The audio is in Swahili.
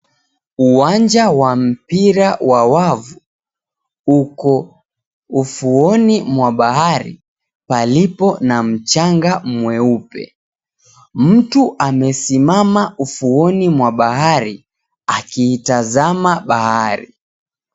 Uwnaja wa mpira wa wavu uko ufuoni mwa bahari palipo na mchanga mweupe. Mtu amesimama ufuoni mwa bahari akiitazama bahari.